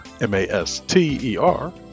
M-A-S-T-E-R